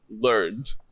learned